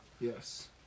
Yes